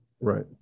Right